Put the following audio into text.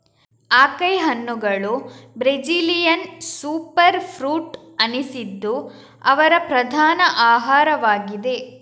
acai ಹಣ್ಣುಗಳು Brazilian super fruit ಅನಿಸಿದ್ದು ಅವರ ಪ್ರಧಾನ ಆಹಾರವಾಗಿದೆ